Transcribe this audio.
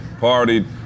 partied